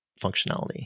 functionality